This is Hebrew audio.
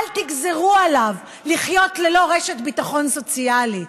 אל תגזרו עליו לחיות ללא רשת של ביטחון סוציאלי,